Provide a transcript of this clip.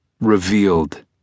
Revealed